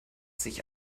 sich